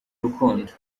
rukundo